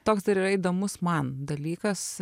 toks ir yra įdomus man dalykas